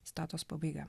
citatos pabaiga